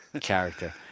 Character